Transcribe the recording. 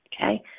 Okay